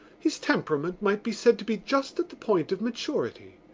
his temperament might be said to be just at the point of maturity.